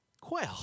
quail